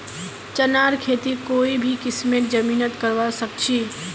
चनार खेती कोई भी किस्मेर जमीनत करवा सखछी